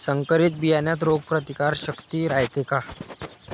संकरित बियान्यात रोग प्रतिकारशक्ती रायते का?